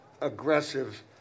aggressive